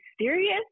serious